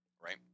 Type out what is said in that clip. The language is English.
right